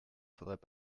faudrait